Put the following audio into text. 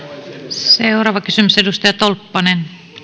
seuraava kysymys edustaja tolppanen arvoisa puhemies